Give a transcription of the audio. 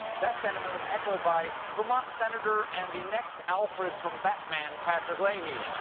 that sentiment was echoed by vermont senator and the next alfred from batman, patrick leahy.